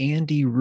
Andy